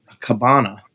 cabana